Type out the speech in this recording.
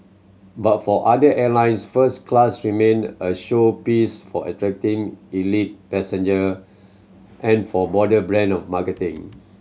but for other airlines first class remained a showpiece for attracting elite passenger and for broader brand marketing